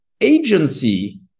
agency